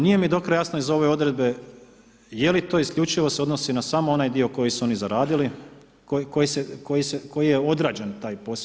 Nije mi do kraja jasno iz ove odredbe, je li to isključivo se odnosi na samo onaj dio koji su oni zaradili, koji je odrađen taj posao.